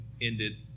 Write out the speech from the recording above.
ended